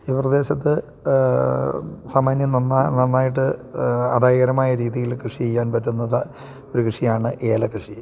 ഈ പ്രദേശത്ത് സാമാന്യം നന്ന നന്നായിട്ട് അദായകരമായ രീതിയിൽ കൃഷി ചെയ്യാൻ പറ്റുന്നത് ഒരു കൃഷിയാണ് ഏല കൃഷി